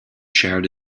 shared